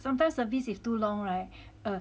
sometimes service if too long [right]